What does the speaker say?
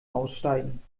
aussteigen